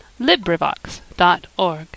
LibriVox.org